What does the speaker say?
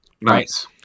nice